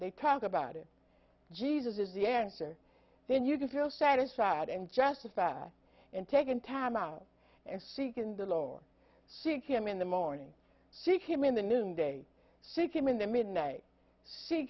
they talk about it jesus is the answer then you can feel satisfied and justified and taken time out and seek in the lord seek him in the morning she came in the noon day she came in the midnight see